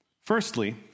Firstly